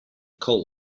coal